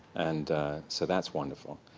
and so that's wonderful.